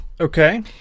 Okay